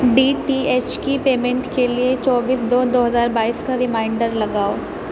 D T H کی payment کے لیے چوبیس دو دو ہزار بائیس کا ریمائنڈر لگاؤ